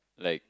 like